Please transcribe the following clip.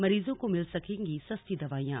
मरीजों को मिल सकेंगी सस्ती दवाइयां